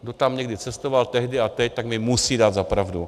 Kdo tam někdy cestoval tehdy a teď, tak mi musí dát za pravdu.